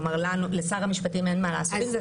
כלומר, לשר המשפטים אין מה לעשות עם זה.